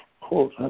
quote